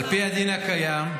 על פי הדין הקיים,